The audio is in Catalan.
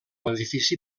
l’edifici